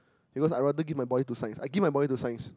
because I rather give my body to science I give my body to science